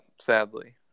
sadly